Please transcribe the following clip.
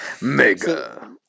Mega